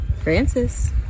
Francis